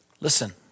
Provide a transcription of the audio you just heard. listen